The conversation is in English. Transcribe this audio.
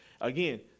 Again